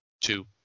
Two